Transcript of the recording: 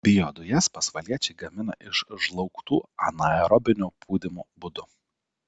biodujas pasvaliečiai gamina iš žlaugtų anaerobinio pūdymo būdu